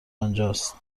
آنجاست